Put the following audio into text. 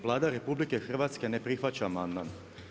Vlada RH ne prihvaća amandman.